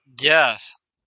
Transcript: Yes